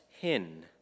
hin